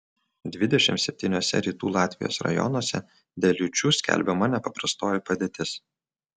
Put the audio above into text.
dvidešimt septyniuose rytų latvijos rajonuose dėl liūčių skelbiama nepaprastoji padėtis